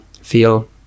feel